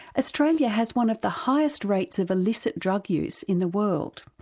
australia has one of the highest rates of illicit drug use in the world,